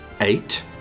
eight